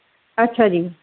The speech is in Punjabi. ਅੱਛਾ ਜੀ